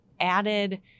added